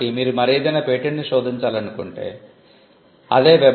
కాబట్టి మీరు మరేదైనా పేటెంట్ను శోధించాలనుకుంటే మీరు www